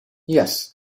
yes